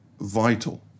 vital